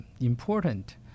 important